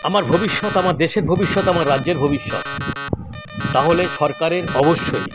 আমার ভবিষ্যৎ আমার দেশের ভবিষ্যৎ আমার রাজ্যের ভবিষ্যৎ তাহলে সরকারের অবশ্যই